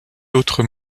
autres